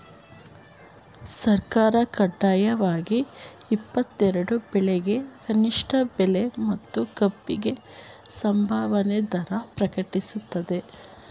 ಸರ್ಕಾರ ಕಡ್ಡಾಯವಾಗಿ ಇಪ್ಪತ್ತೆರೆಡು ಬೆಳೆಗೆ ಕನಿಷ್ಠ ಬೆಲೆ ಮತ್ತು ಕಬ್ಬಿಗೆ ಸಂಭಾವನೆ ದರ ಪ್ರಕಟಿಸ್ತದೆ